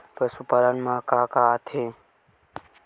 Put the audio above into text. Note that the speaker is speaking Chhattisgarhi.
पशुपालन मा का का आथे?